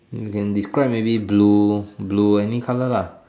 you can describe maybe blue blue any colour lah